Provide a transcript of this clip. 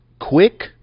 quick